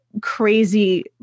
crazy